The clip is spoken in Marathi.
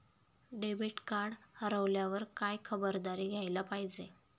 डेबिट कार्ड हरवल्यावर काय खबरदारी घ्यायला पाहिजे?